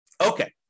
Okay